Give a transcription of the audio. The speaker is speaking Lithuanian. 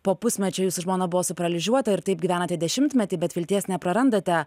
po pusmečio jūsų žmona buvo suparalyžiuota ir taip gyvenate dešimtmetį bet vilties neprarandate